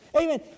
Amen